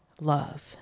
love